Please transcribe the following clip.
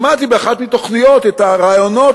שמעתי באחת מהתוכניות את הראיונות,